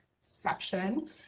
section